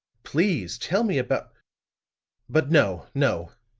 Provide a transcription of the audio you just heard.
please tell me about but, no, no,